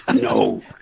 No